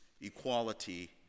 equality